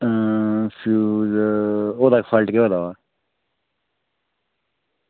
आं fuse fault केह् होए दा